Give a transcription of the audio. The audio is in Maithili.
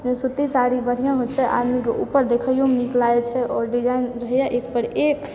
जे सूती साड़ी बढ़िया होइ छै आदमीके ऊपर देखैयोमे नीक लागै छै और डिजाइन रहैए एकपर एक